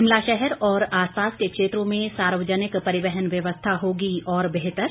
शिमला शहर और आसपास के क्षेत्रों में सार्वजनिक परिवहन व्यवस्था होगी और बेहतर